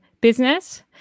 business